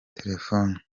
telefone